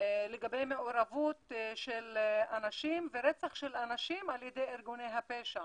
לגבי מעורבות של אנשים ורצח של אנשים על ידי ארגוני הפשע